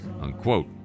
Unquote